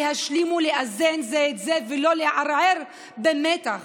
להשלים ולאזן זה את זה ולא לערער במתח